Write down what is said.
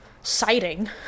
sighting